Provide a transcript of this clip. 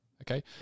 Okay